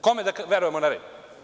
Kome da verujemo na reč?